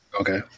Okay